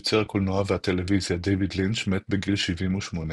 יוצר הקולנוע והטלוויזיה דיוויד לינץ' מת בגיל 78,